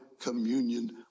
communion